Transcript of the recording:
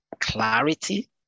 clarity